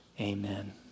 Amen